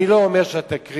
אני לא אומר שהתקרית